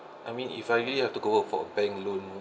I mean if I really have to go for bank loan